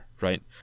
right